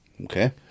Okay